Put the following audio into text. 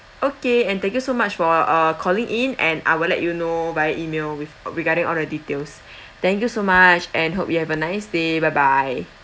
okay and thank you so much for uh calling in and I will let you know via email with regarding all the details thank you so much and hope you have a nice day bye bye